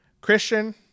christian